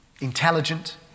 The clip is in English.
intelligent